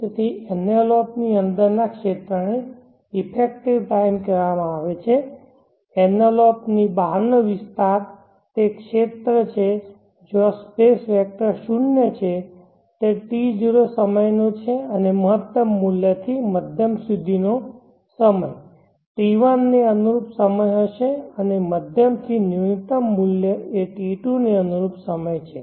તેથી એન્વેલોપ ની અંદરના ક્ષેત્રને ઇફેક્ટિવ ટાઈમ કહેવામાં આવે છે એન્વેલોપ ની બહારનો વિસ્તાર તે ક્ષેત્ર છે જ્યાં સ્પેસ વેક્ટર શૂન્ય છે તે T0 સમયનો છે અને મહત્તમ મૂલ્યથી મધ્યમ સુધીનો સમય T1 ને અનુરૂપ સમય હશે અને મધ્યમ થી ન્યુનતમ મૂલ્ય એ T2 ને અનુરૂપ સમય છે